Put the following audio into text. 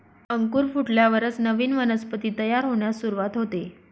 अंकुर फुटल्यावरच नवीन वनस्पती तयार होण्यास सुरूवात होते